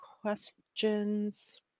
questions